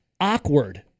awkward